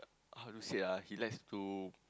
how to say ah he likes to